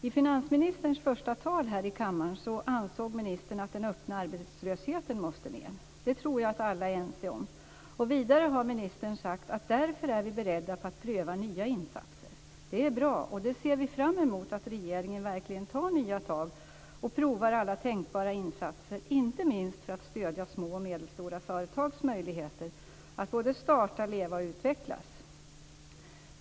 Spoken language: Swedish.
I finansministerns första tal här i kammaren sade han att han ansåg att den öppna arbetslösheten måste ned. Det tror jag att alla är ense om. Vidare har ministern sagt att man därför är beredd att pröva nya insatser. Det är bra, och vi ser fram emot att regeringen verkligen tar nya tag och provar alla tänkbara insatser, inte minst för att stödja små och medelstora företags möjligheter att både starta, leva och utvecklas.